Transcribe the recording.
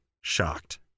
shocked